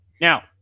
Now